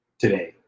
today